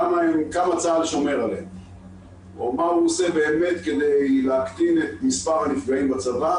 או מה הוא עושה באמת כדי להקטין את מספר הנפגעים בצבא.